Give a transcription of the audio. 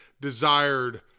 desired